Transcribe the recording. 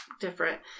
Different